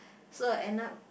so end up